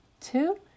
two